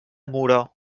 moró